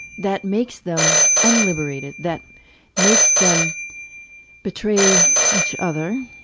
that makes them unliberated, that makes them betray each other.